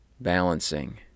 balancing